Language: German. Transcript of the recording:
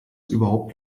überhaupt